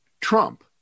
trump